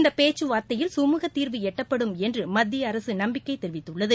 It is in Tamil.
இந்த பேச்சுவார்த்தையில் சமூகத்தீர்வு எட்டப்படும் என்று மத்தியஅரசு நம்பிக்கை தெரிவித்துள்ளது